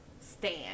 stand